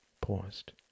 paused